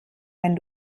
wenn